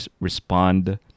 respond